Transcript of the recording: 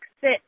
sit